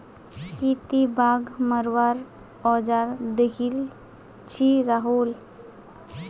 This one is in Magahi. की ती बाघ मरवार औजार दखिल छि राहुल